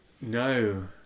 No